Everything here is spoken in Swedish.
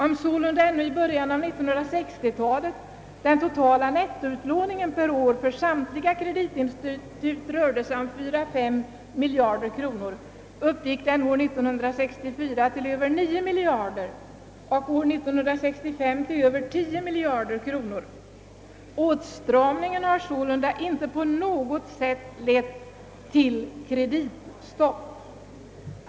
Om sålunda ännu i början av 1960-talet den totala nettoutlåningen per år för samtliga kreditinstitut rörde sig om 4 å 5 miljarder kronor, uppgick den år 1964 till över 9 miljarder och år 1965 till över 10 miljarder kronor. Åtstramningen har sålunda inte på något sätt lett till något s.k. kreditstopp.